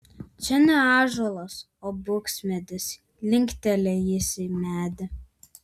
čia ne ąžuolas o buksmedis linkteli jis į medį